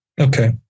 Okay